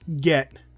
get